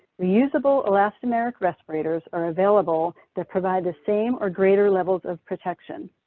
reusable elastomeric respirators are available that provide the same or greater levels of protection.